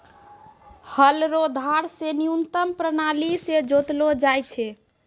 हल रो धार से न्यूतम प्राणाली से जोतलो जाय छै